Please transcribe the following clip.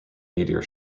meteor